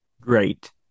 Great